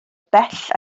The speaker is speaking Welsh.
bell